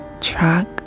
track